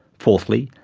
fourthly,